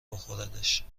بخوردش